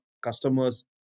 customers